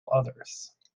others